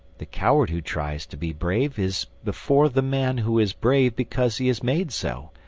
the coward who tries to be brave is before the man who is brave because he is made so,